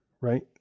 right